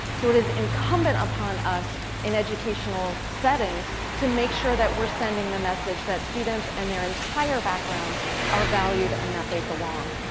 so it is incumbent on us in educational settings to make sure that we're sending the message that students and their entire backgrounds are valued and that they belong.